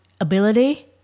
ability